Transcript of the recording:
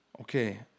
Okay